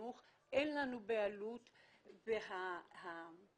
הם לא מגיעים אלינו אלא נמצאים בתוך העיר עכו,